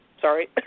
Sorry